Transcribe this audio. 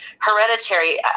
hereditary